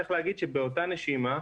צריך להגיד שבאותה נשימה,